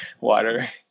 water